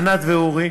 ענת ואורי.